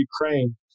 Ukraine